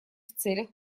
целях